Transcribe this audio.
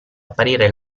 apparire